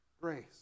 grace